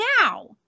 now